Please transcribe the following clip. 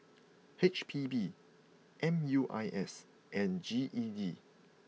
H P B M U I S and G E D